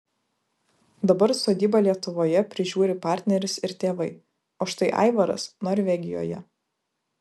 dabar sodybą lietuvoje prižiūri partneris ir tėvai o štai aivaras norvegijoje